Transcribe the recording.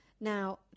Now